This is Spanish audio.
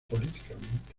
políticamente